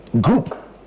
group